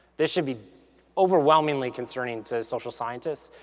this should be overwhelmingly concerning to social scientists.